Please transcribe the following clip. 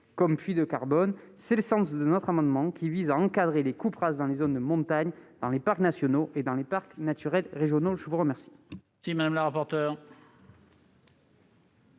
comme puits de carbone. C'est le sens de notre amendement, qui tend à encadrer les coupes rases dans les zones de montagne, dans les parcs nationaux et dans les parcs naturels régionaux. Quel